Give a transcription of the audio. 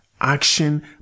action